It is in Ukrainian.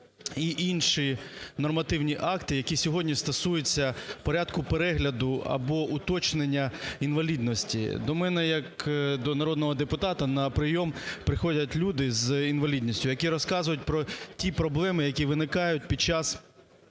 і інші нормативні акти, які сьогодні стосуються порядку перегляду або уточнення інвалідності. До мене як до народного депутата на прийом приходять люди з інвалідністю, які розказують про ті проблеми, які виникають під час